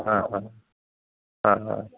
हा हा हा हा